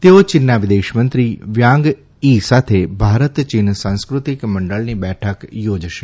તેઓ ચીનના વિદેશમંત્રી વાંગ થી સાથે ભારત ચીન સાંસ્કૃતિક મંડળની બેઠક યોજશે